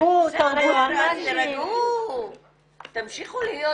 הרבה יותר מהר ולנו יקח כמה שנים להעביר